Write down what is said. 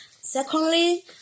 Secondly